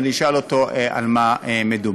אני אשאל אותו על מה מדובר.